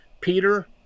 Peter